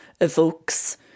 evokes